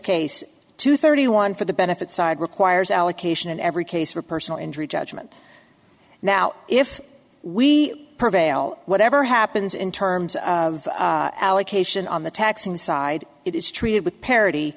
case two thirty one for the benefit side requires allocation in every case for personal injury judgment now if we prevail whatever happens in terms of allocation on the taxing side it is treated with parity